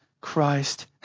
Christ